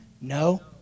No